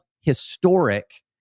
historic